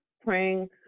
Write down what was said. praying